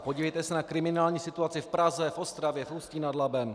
Podívejte se na kriminální situaci v Praze, v Ostravě, v Ústí nad Labem.